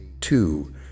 two